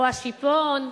או השיפון,